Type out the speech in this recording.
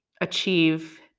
achieve